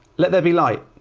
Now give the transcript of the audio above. let there be light.